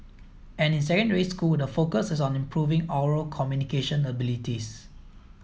and in secondary school the focus is on improving oral communication abilities